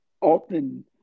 often